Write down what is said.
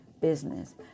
business